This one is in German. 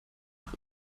nach